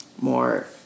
more